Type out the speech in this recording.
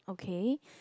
okay